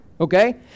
Okay